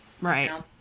Right